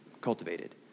Cultivated